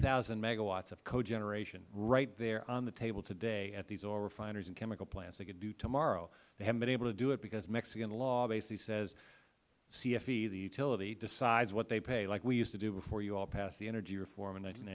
cogeneration right there on the table today at these oil refineries and chemical plants they could do tomorrow they haven't been able to do it because mexican law basically says cfe the utility decides what they pay like we all used to do before you all passed the energy reform in